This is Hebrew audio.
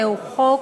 זהו חוק